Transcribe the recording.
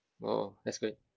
!whoa! that's great